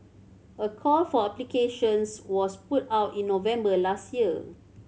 a call for applications was put out in November last year